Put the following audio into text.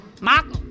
Michael